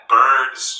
birds